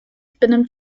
benimmt